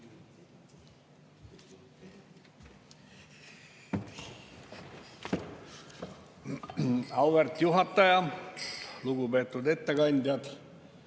Auväärt juhataja! Lugupeetud ettekandjad!